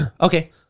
Okay